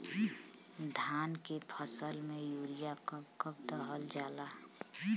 धान के फसल में यूरिया कब कब दहल जाला?